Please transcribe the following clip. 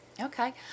Okay